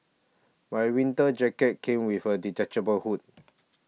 my winter jacket came with a detachable hood